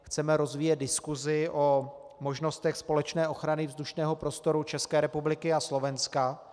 Chceme rozvíjet diskusi o možnostech společné ochrany vzdušného prostoru České republiky a Slovenska.